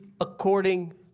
according